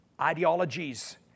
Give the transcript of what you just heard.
ideologies